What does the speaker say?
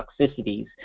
toxicities